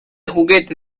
juguete